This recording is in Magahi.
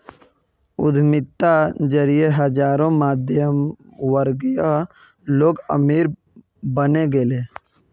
उद्यमिता जरिए हजारों मध्यमवर्गीय लोग अमीर बने गेले